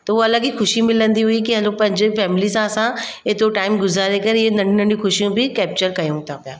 त अलॻि ई ख़ुशी मिलंदी हुई की हलो पंहिंजी फैमिली सां असां एतिरो टाइम गुज़ारे करे इहे नंढियूं नंढियूं ख़ुशियूं बि केप्चर कयूं था पिया